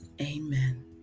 Amen